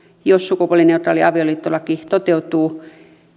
jos sukupuolineutraali avioliittolaki toteutuu